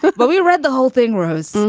but but we read the whole thing, rose,